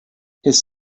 his